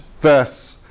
verse